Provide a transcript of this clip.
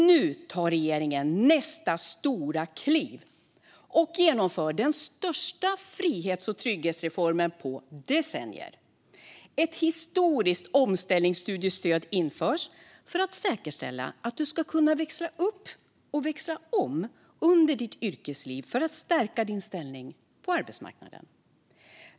Nu tar regeringen nästa stora kliv och genomför den största frihets och trygghetsreformen på decennier. Ett historiskt omställningsstudiestöd införs för att säkerställa att du ska kunna växla upp och växla om under ditt yrkesliv för att stärka din ställning på arbetsmarknaden.